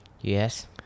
yes